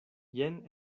jen